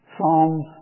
Psalms